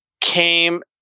came